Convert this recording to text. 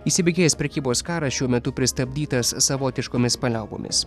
įsibėgėjęs prekybos karas šiuo metu pristabdytas savotiškomis paliaubomis